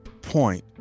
point